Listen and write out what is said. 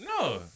no